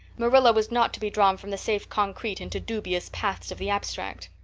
marilla was not to be drawn from the safe concrete into dubious paths of the abstract.